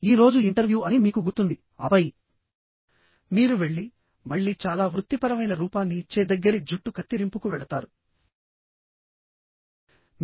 ఈ రోజు ఇంటర్వ్యూ అని మీకు గుర్తుంది ఆపై మీరు వెళ్లి మళ్ళీ చాలా వృత్తిపరమైన రూపాన్ని ఇచ్చే దగ్గరి జుట్టు కత్తిరింపుకు వెళతారు